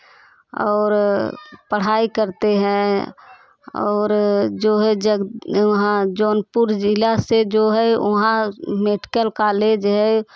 और पढ़ाई करते हैं और जो है जब वहाँ जौनपुर जिला से जो है वहाँ मेडिकल कॉलेज है